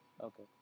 Okay